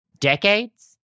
decades